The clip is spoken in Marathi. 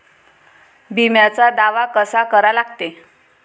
बिम्याचा दावा कसा करा लागते?